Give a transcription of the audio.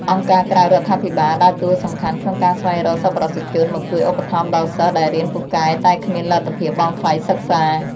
អង្គការក្រៅរដ្ឋាភិបាលដើរតួសំខាន់ក្នុងការស្វែងរកសប្បុរសជនមកជួយឧបត្ថម្ភដល់សិស្សដែលរៀនពូកែតែគ្មានលទ្ធភាពបង់ថ្លៃសិក្សា។